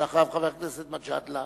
אחריו, חבר הכנסת גאלב מג'אדלה,